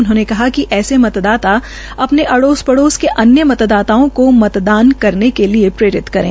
उन्होंने कहा कि ऐसे मतदाता अपने अड़ोस पड़ोस के अन्य मतदाताओं को मतदान करने के लिए प्रेरित करें